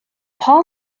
paul